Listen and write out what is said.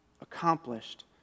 accomplished